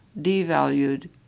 devalued